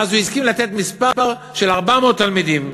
ואז הוא הסכים למספר של 400 תלמידים.